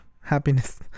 happiness